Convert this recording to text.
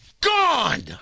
Gone